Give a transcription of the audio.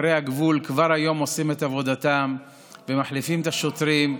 בקרי הגבול כבר היום עושים את עבודתם ומחליפים את השוטרים,